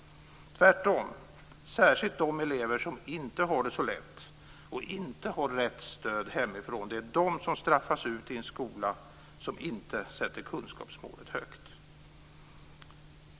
Tvärtom, särskilt de elever som inte har det så lätt och inte har rätt stöd hemifrån straffas ut i en skola som inte sätter kunskapsmålet högt.